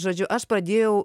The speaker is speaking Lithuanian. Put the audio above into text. žodžiu aš pradėjau